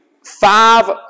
five